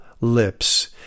lips